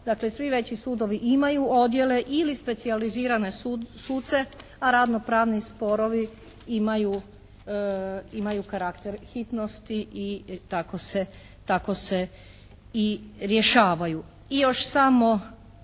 dakle svi veći sudovi imaju odjele ili specijalizirane suce, a radnopravni sporovi imaju karakter hitnosti i tako se i rješavaju. I još samo